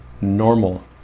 normal